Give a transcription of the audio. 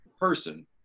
person